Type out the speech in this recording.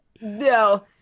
no